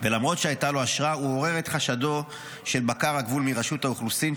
ולמרות שהייתה לו אשרה הוא עורר את חשדו של בקר הגבול מרשות האוכלוסין,